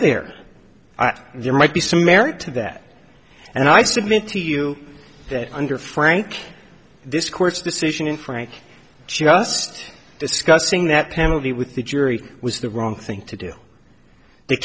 there at their might be some merit to that and i submit to you that under frank this court's decision in frank just discussing that penalty with the jury was the wrong thing to do the